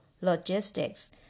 logistics